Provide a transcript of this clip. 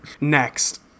Next